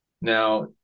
Now